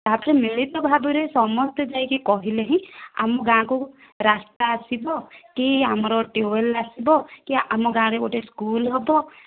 ତା'ପରେ ମିଳିତ ଭାବରେ ସମସ୍ତେ ଯାଇକି କହିଲେ ହି ଆମ ଗାଁକୁ ରାସ୍ତା ଆସିବ କି ଆମର ଟ୍ୟୁବୱେଲ୍ ଆସିବ କି ଆମ ଗାଁରେ ଗୋଟିଏ ସ୍କୁଲ ହେବ